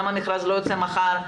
למה המכרז לא יוצא מחר?